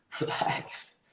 relax